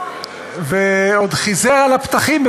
ועוד חיזר על הפתחים,